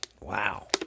Wow